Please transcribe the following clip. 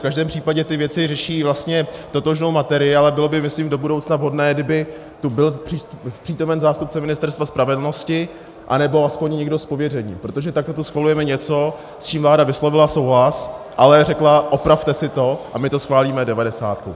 V každém případě ty věci řeší vlastně totožnou materii, ale bylo by myslím do budoucna vhodné, kdyby tu byl přítomen zástupce Ministerstva spravedlnosti anebo aspoň někdo s pověřením, protože takto tu schvalujeme něco, s čím vláda vyslovila souhlas, ale řekla opravte si to, a my to schválíme devadesátkou.